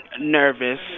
nervous